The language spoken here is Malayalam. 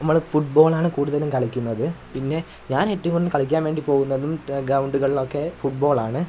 നമ്മൾ ഫുട്ബോളാണ് കൂടുതലും കളിക്കുന്നത് പിന്നെ ഞാൻ ഏറ്റവും കൂടുതൽ കളിക്കാന് വേണ്ടി പോവുന്നതും ഗ്രൗണ്ടുകളിലൊക്കെ ഫുട്ബോൾ ആണ്